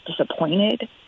disappointed